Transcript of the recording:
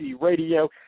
radio